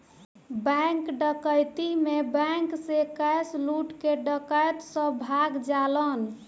bank डकैती में bank से कैश लूट के डकैत सब भाग जालन